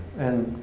and,